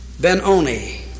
Benoni